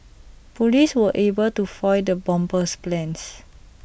Police were able to foil the bomber's plans